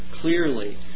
clearly